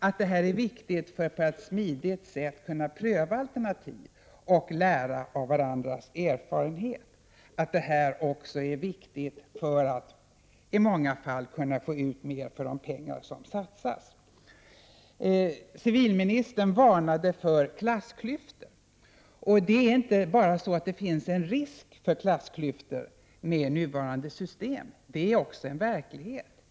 Detta är viktigt för att på ett smidigt sätt kunna pröva alternativ och lära av varandras erfarenheter. Dessutom är det i många fall viktigt för att kunna få ut mer för de pengar som satsas. Civilministern varnade för klassklyftor. Det finns inte bara en risk för klassklyftor med nuvarande system — de är också en verkligehet.